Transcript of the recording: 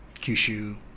Kyushu